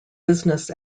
business